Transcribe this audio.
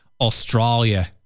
Australia